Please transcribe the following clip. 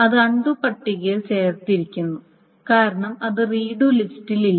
അത് അൺണ്ടു പട്ടികയിൽ ചേർത്തിരിക്കുന്നു കാരണം അത് റീഡു ലിസ്റ്റിൽ ഇല്ല